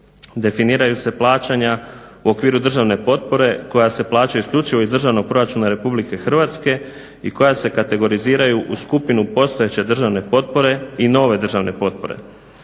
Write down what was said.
Definiraju se plaćanja u okviru državne potpore koja se plaća isključivo iz državnog proračuna Republike Hrvatske i koje se kategoriziraju u skupinu postojeće državne potpore i nove državne potpore.